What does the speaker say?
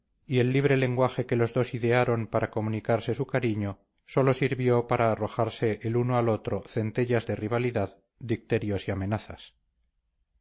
y el libre lenguaje que los dos idearon para comunicarse su cariño sólo sirvió para arrojarse el uno al otro centellas de rivalidad dicterios y amenazas